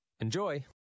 Enjoy